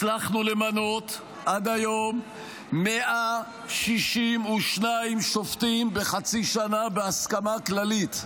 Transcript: הצלחנו למנות עד היום 162 שופטים בחצי שנה בהסכמה כללית.